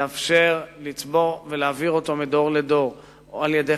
לאפשר לצבור ולהעביר אותו מדור לדור, או על-ידי